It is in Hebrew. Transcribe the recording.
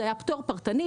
זה היה מפטור פרטני,